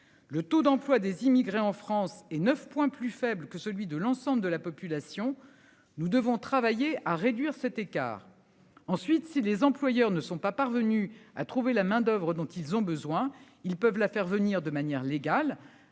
Le taux d'emploi des immigrés en France et 9 plus faible que celui de l'ensemble de la population, nous devons travailler à réduire cet écart. Ensuite, si les employeurs ne sont pas parvenus à trouver la main-d'oeuvre dont ils ont besoin, ils peuvent la faire venir de manière légale.